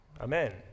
Amen